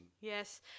Yes